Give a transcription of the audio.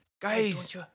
Guys